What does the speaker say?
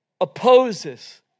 opposes